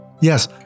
Yes